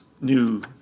new